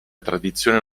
tradizione